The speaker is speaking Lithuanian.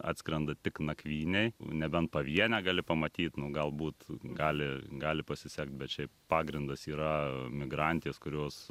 atskrenda tik nakvynei nebent pavienę gali pamatyt nu galbūt gali gali pasisekt bet šiaip pagrindas yra migrantės kurios